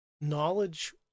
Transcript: Knowledge